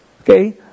Okay